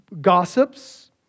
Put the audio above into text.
gossips